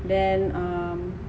then um